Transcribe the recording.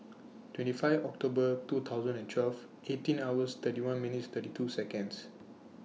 twenty five October two thousand and twelve eighteen hours thirty one minutes thirty two Seconds